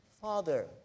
Father